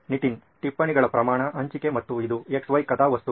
ನಿತಿನ್ ಟಿಪ್ಪಣಿಗಳ ಪ್ರಮಾಣ ಹಂಚಿಕೆ ಮತ್ತು ಇದು X Y ಕಥಾವಸ್ತು